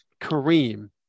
Kareem